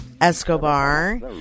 Escobar